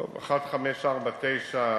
שאילתא מס' 1549,